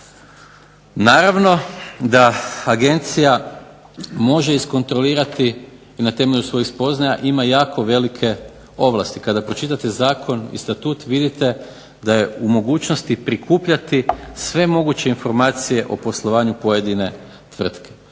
Naravno da Agencija može iskontrolirati i na temelju svojih spoznaja ima jako velike ovlasti. Kada pročitate zakon i statut vidite da je u mogućnosti prikupljati sve moguće informacije o poslovanju pojedine tvrtke.